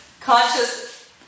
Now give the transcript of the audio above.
conscious